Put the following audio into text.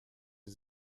sie